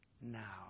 now